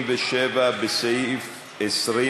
57. הסתייגות 57,